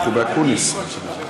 אנחנו באקוניס.